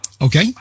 Okay